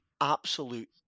absolute